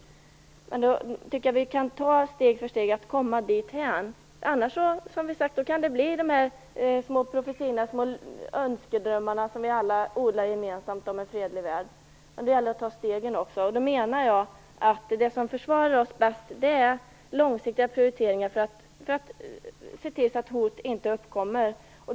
Men vi skall steg för steg försöka komma dit. Annars får vi ha de små önskedrömmar, som vi alla odlar, om en fredlig värld. Det gäller att nu ta stegen. Det som försvarar oss bäst är långsiktiga prioriteringar för att se till att hot inte uppkommer.